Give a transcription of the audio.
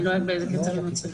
אני לא יודעת באיזה קצב הם מצליחים.